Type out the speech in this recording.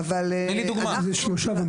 תני לי דוגמה.